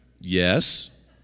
yes